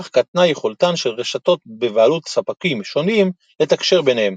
כך קטנה יכולתן של רשתות בבעלות ספקים שונים לתקשר ביניהן.